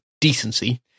decency